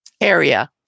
area